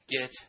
get